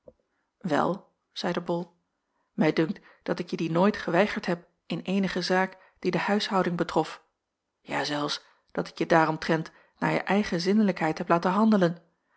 wel zeide bol mij dunkt dat ik je die nooit geweigerd heb in eenige zaak die de huishouding betrof jacob van ennep laasje evenster ja zelfs dat ik je daaromtrent naar je eigen zinnelijkheid heb laten handelen